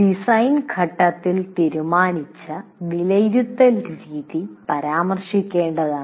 design ഘട്ടത്തിൽ തീരുമാനിച്ച വിലയിരുത്തൽ രീതി പരാമർശിക്കേണ്ടതാണ്